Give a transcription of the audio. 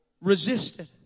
resisted